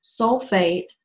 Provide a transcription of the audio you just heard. sulfate